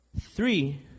Three